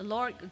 Lord